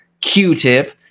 q-tip